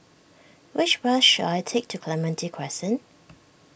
which bus should I take to Clementi Crescent